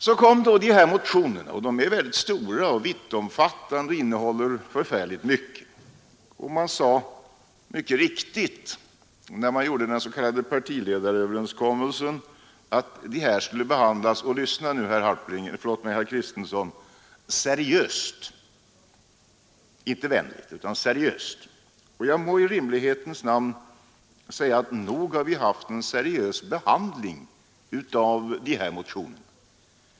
Så kom då de här motionerna. De är väldigt stora och vittomfattande och innehåller förfärligt mycket. Och man sade helt riktigt, när man gjorde den s.k. partiledaröverenskommelsen, att det här skulle behandlas — och lyssna nu herr Kristiansson i Harplinge — seriöst, alltså inte vänligt utan seriöst. Jag må också i rimlighetens namn säga att nog har det varit en seriös behandling av motionerna.